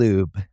Lube